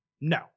no